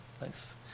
Nice